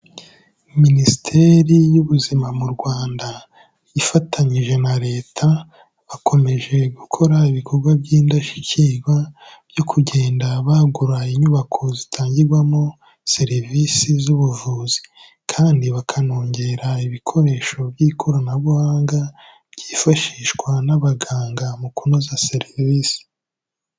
Minisiteri y'Ubuzima mu Rwanda, ifatanyije na Leta, bakomeje gukora ibikorwa by'indashyikirwa byo kugenda bagura inyubako zitangirwamo serivise z'ubuvuzi kandi bakanongera ibikoresho by'ikoranabuhanga, byifashishwa n'abaganga mu kunoza serivise.